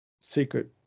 secret